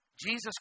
Jesus